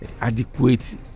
adequate